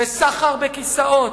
בסחר בכיסאות,